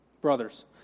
Brothers